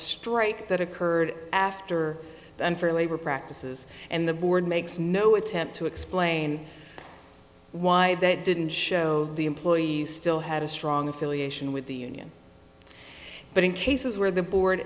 strike that occurred after the unfair labor practices and the board makes no attempt to explain why that didn't show the employees still had a strong affiliation with the union but in cases where the board